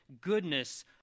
goodness